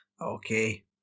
Okay